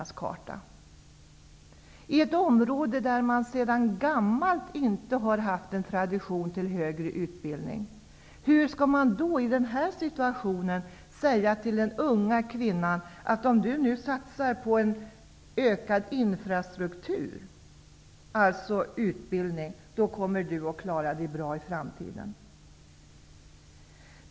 Hur skall man, i ett område där det inte finns någon tradition att satsa på högre utbildning, i den här situationen kunna säga till den unga kvinnan, att ''om du satsar på en ökad infrastruktur, dvs. utbildning, kommer du att klara dig bra i framtiden''?